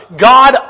God